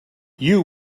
you